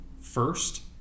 first